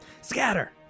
scatter